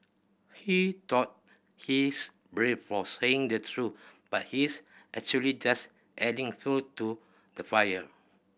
he thought he's brave for saying the truth but he's actually just adding fuel to the fire